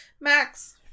Max